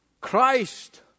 Christ